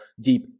deep